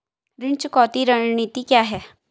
ऋण चुकौती रणनीति क्या है?